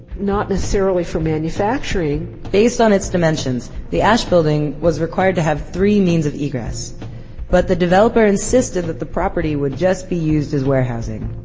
not necessarily for manufacturing based on its dimensions, the asch building was required to have three means of egress but the developer insisted that the property would just be used as warehousing.